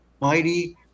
mighty